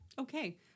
Okay